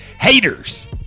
Haters